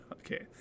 Okay